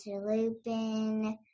Lupin